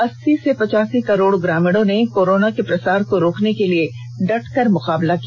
अस्सी से पचासी करोड़ ग्रामीणों ने कोरोना के प्रसार को रोकने के लिए डटकर मुकाबला किया